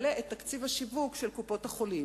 תקציב השיווק של קופות-החולים.